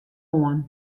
oan